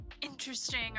interesting